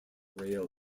rail